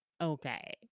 okay